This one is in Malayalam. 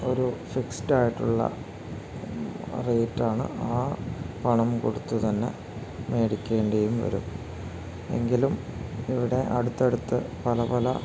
ഒരു ഫിക്സ്ഡായിട്ടുള്ള റേറ്റാണ് ആ പണം കൊടുത്തുതന്നെ മേടിക്കേണ്ടിയും വരും എങ്കിലും ഇവിടെ അടുത്തടുത്ത് പല പല